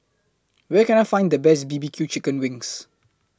Where Can I Find The Best B B Q Chicken Wings